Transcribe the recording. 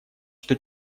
что